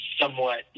somewhat